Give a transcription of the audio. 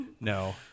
No